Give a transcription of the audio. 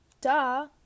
Duh